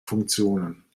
funktionen